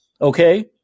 Okay